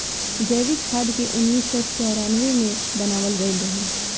जैविक खाद के उन्नीस सौ चौरानवे मे बनावल गईल रहे